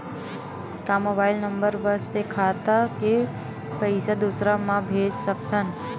का mobile number बस से खाता से पईसा दूसरा मा भेज सकथन?